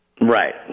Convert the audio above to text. Right